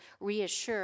reassure